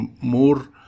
more